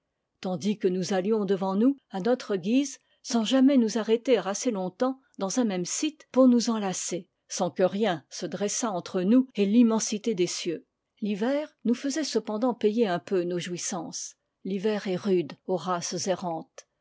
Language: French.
tandis que nous allions devant nous à notre guise sans jamais nous arrêter assez longtemps dans un même site pour nous en lasser sans que rien se dressât entre nous et l'immensité des cieux l'hiver nous faisait cependant payer un peu nos jouissances l'hiver est rude aux races